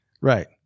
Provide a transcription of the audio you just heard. Right